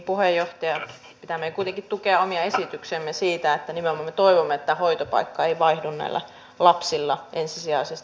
pitää meidän kuitenkin tukea omia esityksiämme siinä että nimenomaan me toivomme että hoitopaikka ei vaihdu näillä lapsilla ensisijaisesti